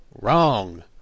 Wrong